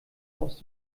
aus